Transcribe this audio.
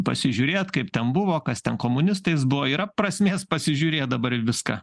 pasižiūrėt kaip ten buvo kas ten komunistais buvo yra prasmės pasižiūrėt dabar į viską